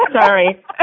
Sorry